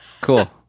Cool